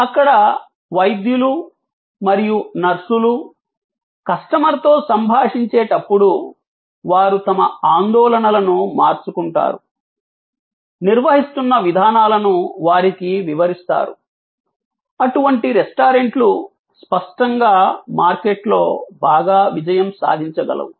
అక్కడ వైద్యులు మరియు నర్సులు కస్టమర్తో సంభాషించేటప్పుడు వారు తమ ఆందోళనలను మార్చుకుంటారు నిర్వహిస్తున్న విధానాలను వారికి వివరిస్తారు అటువంటి రెస్టారెంట్లు స్పష్టంగా మార్కెట్లో బాగా విజయం సాధించగలవు